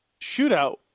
shootout